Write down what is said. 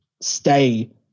stay